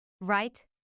Right